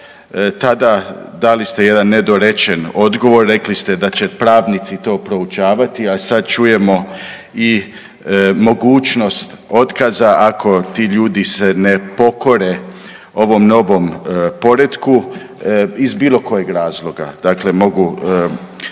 tada dali ste jedan nedorečen odgovor, rekli ste da će pravnici to proučavati, a sad čujemo i mogućnost otkaza ako ti ljudi se ne pokore ovom novom poretku iz bilo kojeg razloga, dakle mogu